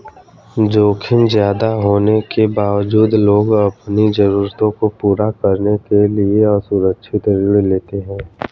जोखिम ज्यादा होने के बावजूद लोग अपनी जरूरतों को पूरा करने के लिए असुरक्षित ऋण लेते हैं